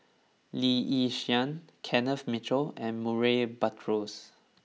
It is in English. Lee Yi Shyan Kenneth Mitchell and Murray Buttrose